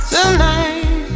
Tonight